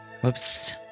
Whoops